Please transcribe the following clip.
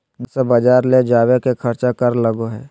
घर से बजार ले जावे के खर्चा कर लगो है?